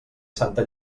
santa